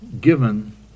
given